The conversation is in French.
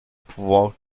pouvoir